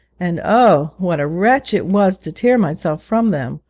and, oh, what a wrench it was to tear myself from them!